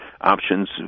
options